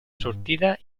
sortida